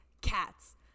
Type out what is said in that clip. cats